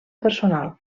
personal